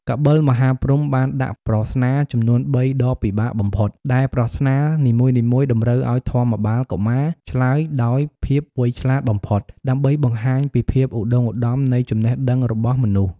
កបិលមហាព្រហ្មបានដាក់ប្រស្នាចំនួនបីដ៏ពិបាកបំផុត ដែលប្រស្នានីមួយៗតម្រូវឲ្យធម្មបាលកុមារឆ្លើយដោយភាពវៃឆ្លាតបំផុត ដើម្បីបង្ហាញពីភាពឧត្តុង្គឧត្តមនៃចំណេះដឹងរបស់មនុស្ស។